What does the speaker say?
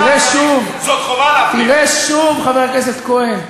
חבר הכנסת מאיר כהן,